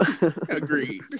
agreed